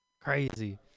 Crazy